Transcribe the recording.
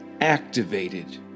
activated